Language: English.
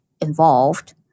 involved